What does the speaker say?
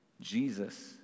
Jesus